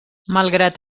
malgrat